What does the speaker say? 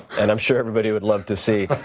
and i'm sure everybody would love to see.